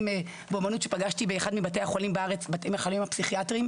באומנות שפגשתי באחד מבתי החולים הפסיכיאטריים בארץ.